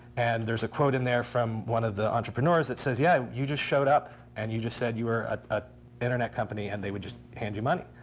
and there's a quote in there from one of the entrepreneurs that says, yeah, you just showed up and you just said you were an ah ah internet company and they would just hand you money.